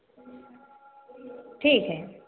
ठीक है